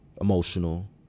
emotional